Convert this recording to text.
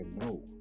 no